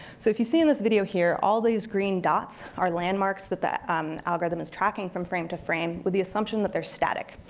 so if you see in this video here, all these green dots are landmarks that the algorithm is tracking from frame to frame, with the assumption that they're static.